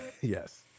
Yes